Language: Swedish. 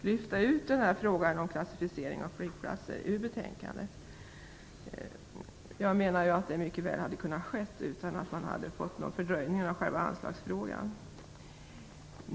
lyfta ut frågan om klassificering av flygplatser ur betänkandet. Jag menar att det mycket väl hade kunnat ske utan någon fördröjning av själva anslagsfrågan.